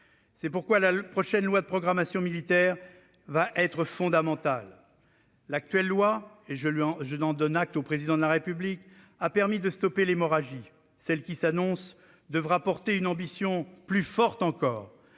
C'est pourquoi la prochaine loi de programmation militaire sera fondamentale. L'actuelle loi- j'en donne acte au Président de la République -a permis de stopper l'hémorragie. Celle qui s'annonce devra porter une ambition plus forte encore.